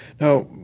Now